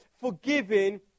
forgiving